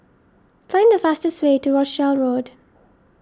find the fastest way to Rochdale Road